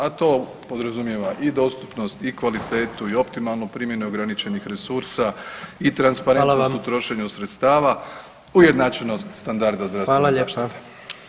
A to podrazumijeva i dostupnost i kvalitetu i optimalno primjenu ograničenih resursa i transparentnost u trošenju [[Upadica: Hvala vam.]] sredstava, ujednačenost standarda zdravstvene [[Upadica: Hvala lijepa.]] zaštite.